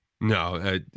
no